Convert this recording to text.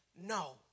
no